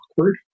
awkward